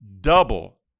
Double